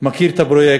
מכיר את הפרויקט,